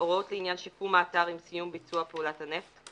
(4)הוראות לעניין שיקום האתר עם סיום ביצוע פעולת הנפט,